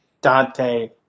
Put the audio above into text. Dante